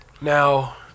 Now